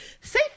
say